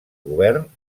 govern